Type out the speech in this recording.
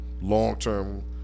long-term